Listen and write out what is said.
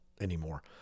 anymore